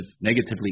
negatively